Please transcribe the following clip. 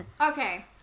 okay